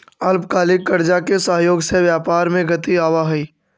अल्पकालिक कर्जा के सहयोग से व्यापार में गति आवऽ हई